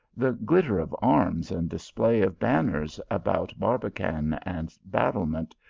the glittei of arms and dis play of banners about barbican and battlement,